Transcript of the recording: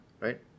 Right